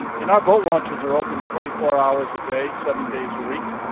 and and our boat launches are open twenty four hours a day, seven days a week.